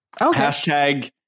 Hashtag